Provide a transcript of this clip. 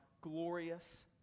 glorious